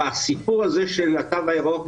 הסיפור הזה של התו הירוק,